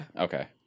Okay